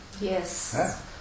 Yes